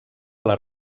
les